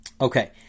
Okay